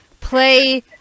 play